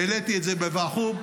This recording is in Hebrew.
העליתי את זה בוועחו"ב,